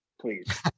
please